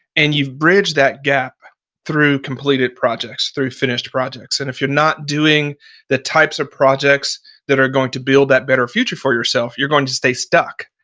and you bridge that gap through completed projects, through finished projects. and if you're not doing the types of projects that are going to build that better future for yourself, you're going to stay stuck.